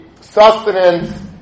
sustenance